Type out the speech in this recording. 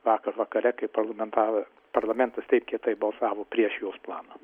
vakar vakare kai parlamentar parlamentas taip kietai balsavo prieš jos planą